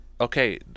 okay